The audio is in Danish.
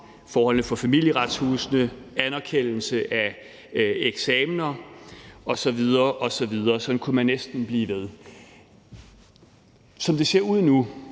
forholdene for Familieretshuset, anerkendelse af eksamener osv. osv., og sådan kunne man næsten blive ved. Som det ser ud nu,